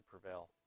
prevail